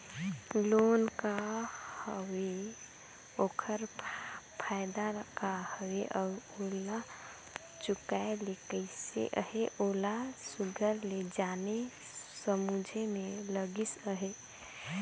loan का हवे ओकर फएदा का हवे अउ ओला चुकाए ले कइसे अहे ओला सुग्घर ले जाने समुझे में लगिस अहे